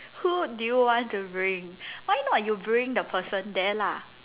who do you want to bring why not you bring the person there lah